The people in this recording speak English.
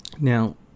Now